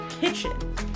kitchen